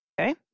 Okay